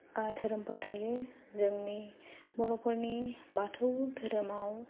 आ धोरोमफोर थायो जोंनि बर'फोरनि बाथौ धोरोमाव